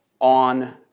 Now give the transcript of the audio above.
on